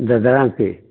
ददरा के